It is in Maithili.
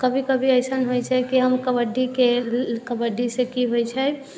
कभी कभी अइसन होइ छै कि हम कबड्डीके कबड्डीसँ की होइ छै